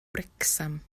wrecsam